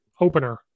Opener